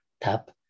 tap